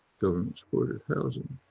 government supported housing.